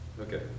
Okay